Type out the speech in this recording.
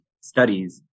studies